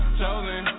chosen